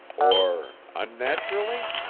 or unnaturally?